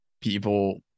people